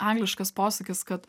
angliškas posakis kad